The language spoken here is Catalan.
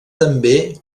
també